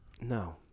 No